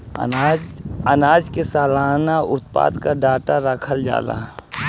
आनाज के सलाना उत्पादन के डाटा रखल जाला